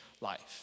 life